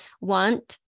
want